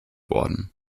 worden